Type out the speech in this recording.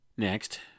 Next